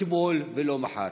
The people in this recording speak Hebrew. אתמול ולא מחר.